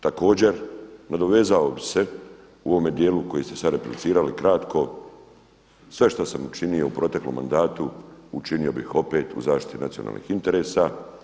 Također nadovezao bih se u ovom dijelu koji ste sada replicirali kratko sve što sam učinio u proteklom mandatu učinio bih opet u zaštiti nacionalnih interesa.